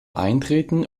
eintreten